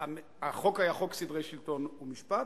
החוק היה חוק סדרי שלטון ומשפט.